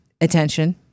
attention